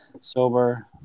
sober